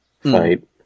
fight